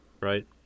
Right